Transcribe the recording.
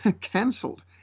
cancelled